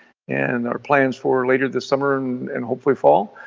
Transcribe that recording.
and our plans for later this summer and hopefully fall,